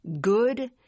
good